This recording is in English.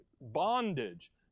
bondage